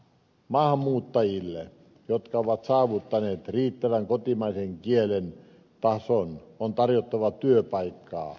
maahanmuuttajille jotka ovat saavuttaneet riittävän kotimaisen kielen tason on tarjottava työpaikka